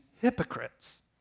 hypocrites